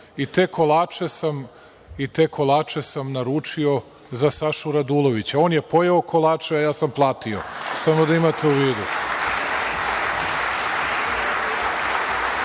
te kolače sam naručio za Sašu Radulovića. On je pojeo kolače, a ja sam platio. Samo da imate u vidu.